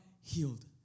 healed